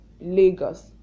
Lagos